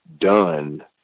done